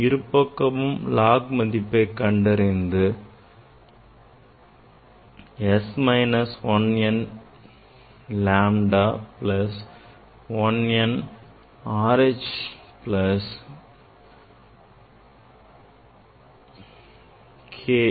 இருபக்கமும் log மதிப்பை கண்டறிந்தால் s minus l n lambda plus l n R H plus l n K